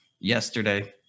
yesterday